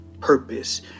purpose